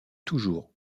toujours